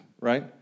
right